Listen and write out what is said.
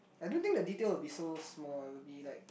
I don't think the detail will be so small it'll be like